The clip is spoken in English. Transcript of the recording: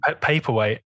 Paperweight